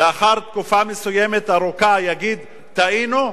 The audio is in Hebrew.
לאחר תקופה מסוימת, ארוכה, יגיד: טעינו?